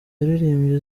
yaririmbye